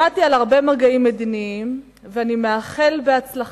שמעתי על הרבה מגעים מדיניים ואני מאחל בהצלחה,